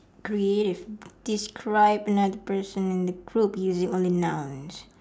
creative describe another person in the group using only nouns